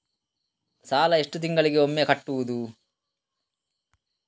ಸಾಲ ಎಷ್ಟು ತಿಂಗಳಿಗೆ ಒಮ್ಮೆ ಕಟ್ಟುವುದು?